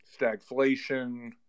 stagflation